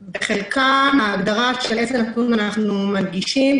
בחלקם ההגדרה של איזה אחוז אנחנו מנגישים,